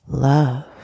love